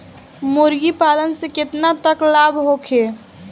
मुर्गी पालन से केतना तक लाभ होखे?